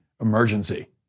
emergency